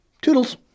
toodles